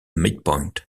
midpoint